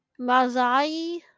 Mazai